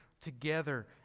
together